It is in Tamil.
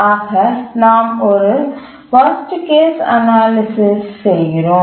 ஆக நாம் ஒரு வர்ஸ்ட் கேஸ் அனாலிசிஸ் செய்கிறோம்